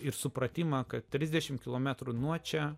ir supratimą kad trisdešim kilometrų nuo čia